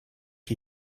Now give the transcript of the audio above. chi